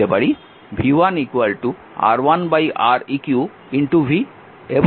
v1 R1 Req v এবং v2 R2 Req v